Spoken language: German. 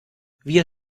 wir